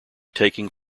taking